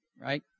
right